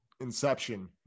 inception